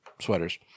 sweaters